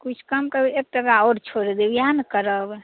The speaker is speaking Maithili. किछु कम करू एक टका आओर छोड़ि देब इएह ने करब